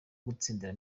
gutsindira